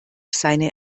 seine